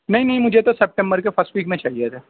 نہیں نہیں مجھے تو سیپٹمبر کے فرسٹ ویک میں چاہیے تھا